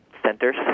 centers